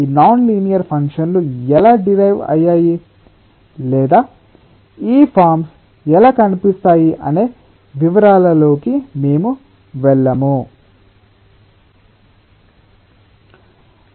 ఈ non linear ఫంక్షన్లు ఎలా డిరైవ్ అయ్యాయి లేదా ఈ ఫార్మ్స్ ఎలా కనిపిస్తాయి అనే వివరాలలోకి మేము వెళ్ళము